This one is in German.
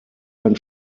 ein